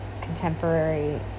contemporary